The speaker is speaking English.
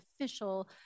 official